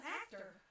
actor